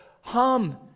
hum